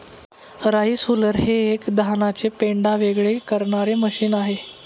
rice huller हे एक धानाचे पेंढा वेगळे करणारे मशीन आहे